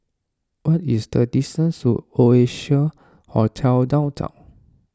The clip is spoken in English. what is the distance to Oasia Hotel Downtown